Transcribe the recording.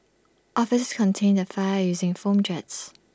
officers contained the fire using foam jets